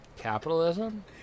Capitalism